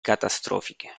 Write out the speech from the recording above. catastrofiche